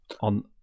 on